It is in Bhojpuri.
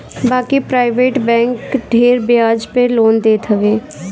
बाकी प्राइवेट बैंक ढेर बियाज पअ लोन देत हवे